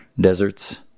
deserts